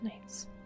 Nice